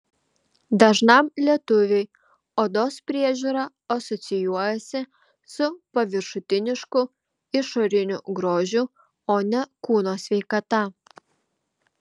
dažnam lietuviui odos priežiūra asocijuojasi su paviršutinišku išoriniu grožiu o ne kūno sveikata